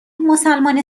مسلمان